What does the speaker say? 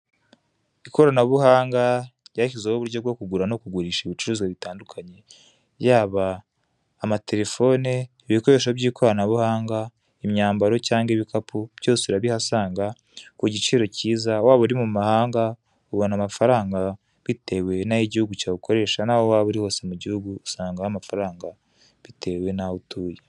Ikoranabuhanga ryashyizeho uburyo bwo kugura no kugurisha ibicuruzwa bitandukanye Yaba amaterefone, ibikoresho byikoranabuhanga imyambaro cyangwa ibikapu byose urabihasanga, Kugiciro kiza waba uri mu mahanga ubona amafaranga bitewe nayo igihugu cyawe ukoresha naho waba uri mu gihugu hose usangaho amafaranga bitewe naho utuye.